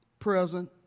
present